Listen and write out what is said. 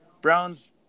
Browns